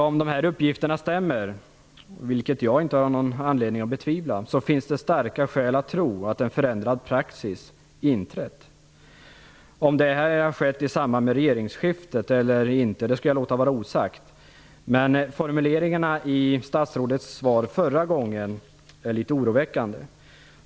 Om dessa uppgifter stämmer, vilket jag inte har någon anledning att betvivla, finns det starka skäl att tro att en praxisförändring inträtt. Om det har skett i samband med regeringsskiftet eller inte skall jag låta vara osagt. Men formuleringarna i statsrådets svar förra gången var litet oroväckande.